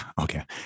okay